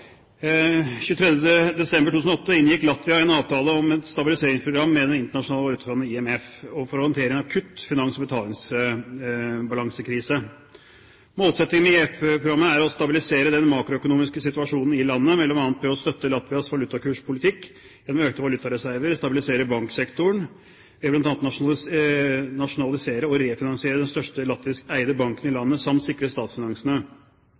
23. desember 2008 inngikk Latvia en avtale om et stabiliseringsprogram med Det internasjonale valutafondet, IMF, for å håndtere en akutt finans- og betalingsbalansekrise. Målsettingen med IMF-programmet er å stabilisere den makroøkonomiske situasjonen i landet bl.a. ved å støtte Latvias valutakurspolitikk gjennom økte valutareserver, stabilisere banksektoren ved bl.a. å nasjonalisere og refinansiere den største latviskeide banken i landet samt sikre statsfinansene.